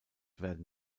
werden